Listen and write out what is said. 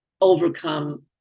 overcome